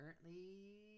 currently